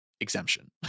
exemption